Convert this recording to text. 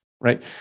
Right